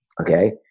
okay